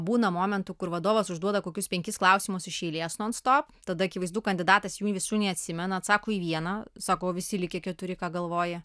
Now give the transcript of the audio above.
būna momentų kur vadovas užduoda kokius penkis klausimus iš eilės non stop tada akivaizdu kandidatas jų visų neatsimena atsako į vieną sako o visi likę keturi ką galvoji